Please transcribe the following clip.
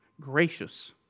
gracious